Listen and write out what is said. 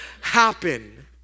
happen